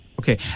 Okay